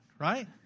right